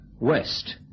West